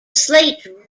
slate